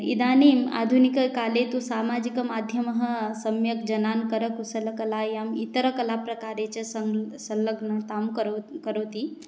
इदानीम् आधुनिककाले तु सामाजिकमाध्यमं सम्यक् जनान् करकुशलकलायाम् इतरकलाप्रकारे च सम् संलग्नतां करो करोति